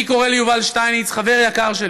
אני קורא ליובל שטייניץ, חבר יקר שלי,